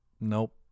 Nope